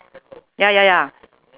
ya ya ya